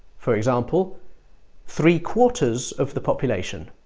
for example three-quarters of the population